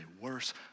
worse